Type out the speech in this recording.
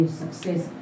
success